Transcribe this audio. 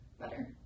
better